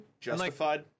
justified